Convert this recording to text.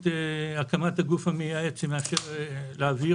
את הקמת הגוף המייעץ שמשאפשר להעביר